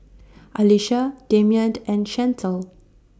Alisha Damien and Chantel